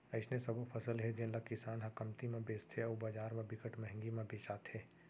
अइसने सबो फसल हे जेन ल किसान ह कमती म बेचथे अउ बजार म बिकट मंहगी म बेचाथे